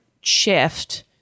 shift